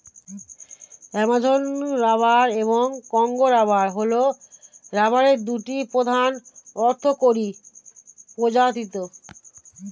Amazon rubber এবং Congo rubber হল রাবারের দুটি প্রধান অর্থকরী প্রজাতি